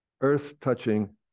earth-touching